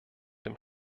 dem